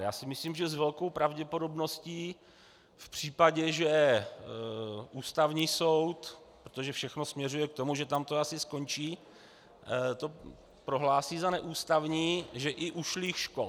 Já si myslím, že s velkou pravděpodobností v případě, že to Ústavní soud protože všechno směřuje k tomu, že tam to asi skončí prohlásí za neústavní, že i ušlých škod.